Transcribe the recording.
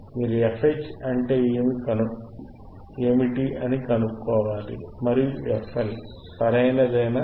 మీరు fH అంటే ఏమి కనుగొనాలి మరియు fL సరియైనదా